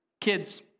Kids